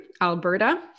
Alberta